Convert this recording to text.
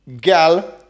gal